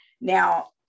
Now